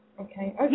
Okay